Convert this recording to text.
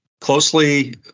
closely